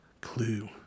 Clue